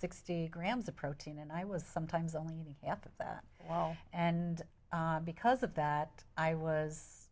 sixty grams of protein and i was sometimes only to get that and because of that i was